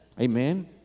amen